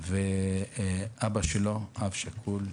ואבא שלו, אב שכול,